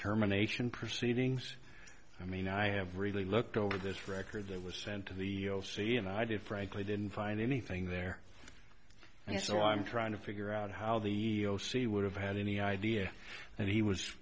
terminations proceedings i mean i have really looked over this record that was sent to the o c and i did frankly didn't find anything there and so i'm trying to figure out how the o c would have had any idea that he was